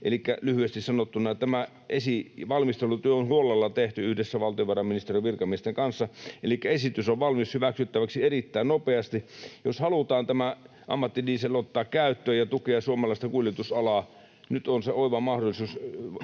Elikkä lyhyesti sanottuna tämä valmistelutyö on huolella tehty yhdessä valtiovarainministeriön virkamiesten kanssa elikkä esitys on valmis hyväksyttäväksi erittäin nopeasti. Jos halutaan tämä ammattidiesel ottaa käyttöön ja tukea suomalaista kuljetusalaa, nyt on siihen oiva mahdollisuus.